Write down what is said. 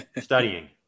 Studying